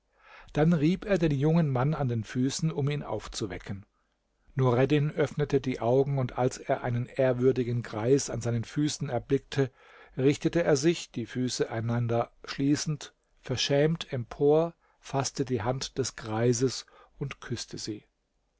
dann rieb er den jungen mann an den füßen um ihn aufzuwecken nureddin öffnete die augen und als er einen ehrwürdigen greis an seinen füßen erblickte richtete er sich die füße aneinander schließend verschämt empor faßte die hand des greises und küßte sie